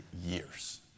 years